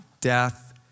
death